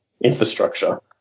infrastructure